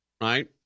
right